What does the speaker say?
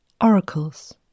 Oracles